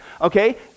okay